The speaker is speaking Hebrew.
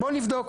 בוא נבדוק.